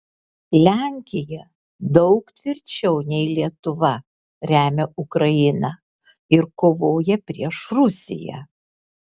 lenkija daug tvirčiau nei lietuva remia ukrainą ir kovoja prieš rusiją